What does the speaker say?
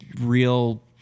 Real